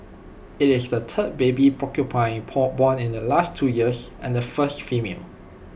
IT is the third baby porcupine porn born in the last two years and the first female